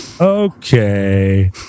okay